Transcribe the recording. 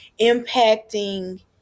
impacting